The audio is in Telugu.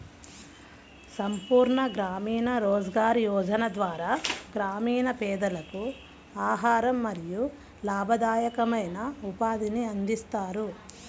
సంపూర్ణ గ్రామీణ రోజ్గార్ యోజన ద్వారా గ్రామీణ పేదలకు ఆహారం మరియు లాభదాయకమైన ఉపాధిని అందిస్తారు